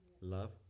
love